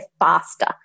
faster